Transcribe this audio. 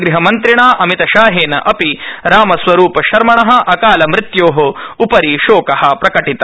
गृहमन्त्रिणा अमितशाहेन अपि रामस्वरूप शर्मण अकालमृत्योउपरि शोक प्रकटित